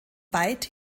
weit